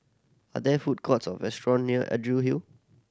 are there food courts or restaurant near Hill